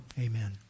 Amen